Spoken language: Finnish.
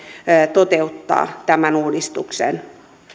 toteuttaa tämän uudistuksen